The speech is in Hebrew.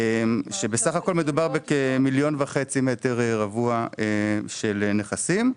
ובסך הכל מדובר בכמיליון וחצי מטר רבוע של נכסים.